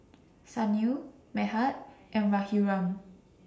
Sunil Medha and Raghuram